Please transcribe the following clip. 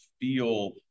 feel